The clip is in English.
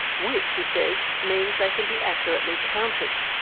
which, he says, means they can be accurately counted.